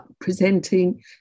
presenting